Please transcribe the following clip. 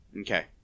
Okay